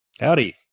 Howdy